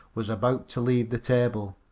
was about to leave the table.